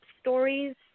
stories